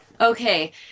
Okay